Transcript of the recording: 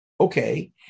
Okay